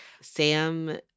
Sam